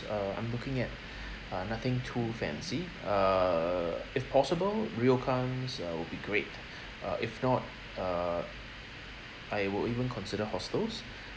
uh I'm looking at uh nothing too fancy err if possible ryokans uh will be great uh if not uh I will even consider hostels